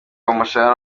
umushahara